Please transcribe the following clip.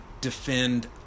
defend